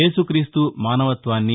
ఏసుక్రీస్తు మానవత్వాన్ని